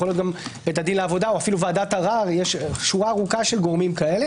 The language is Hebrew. גם בית הדין לעבודה או אפילו ועדת ערר יש שורה ארוכה של גורמים כאלה